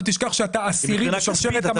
אל תשכח שאתה עשירי בשרשרת המזון,